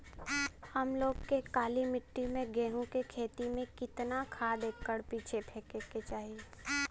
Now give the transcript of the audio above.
हम लोग के काली मिट्टी में गेहूँ के खेती में कितना खाद एकड़ पीछे फेके के चाही?